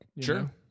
Sure